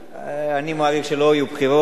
אני מעריך שלא יהיו בחירות.